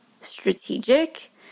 strategic